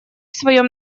своем